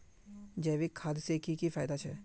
जैविक खाद से की की फायदा छे?